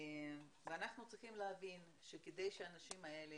אנחנו צריכים לדאוג לכך שהאנשים האלה